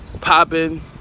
popping